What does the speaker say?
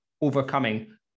overcoming